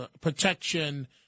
protection